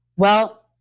well,